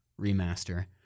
remaster